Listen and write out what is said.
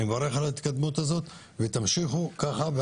אני מברך עליה ותמשיכו ככה.